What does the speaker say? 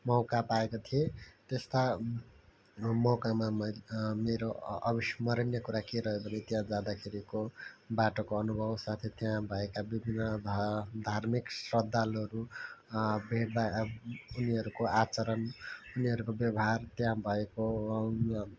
मौका पाएको थिएँ त्यस्ता मौकामा मै मेरो अविस्मरणीय कुरा के रह्यो भने त्याँ जाँदा खेरिको बाटोको अनुभव साथै त्यहाँ भएका विभिन्न धार धार्मिक श्रद्धालुहरू भेट भएको उनीहरूको आचरण उनीहरको व्यवहार त्यहाँ भएको